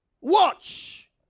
Watch